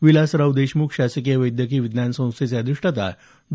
विलासराव देशमुख शासकीय वैद्यकीय विज्ञान संस्थेचे अधिष्ठाता डॉ